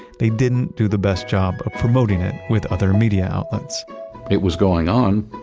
they didn't do the best job of promoting it with other media outlets it was going on,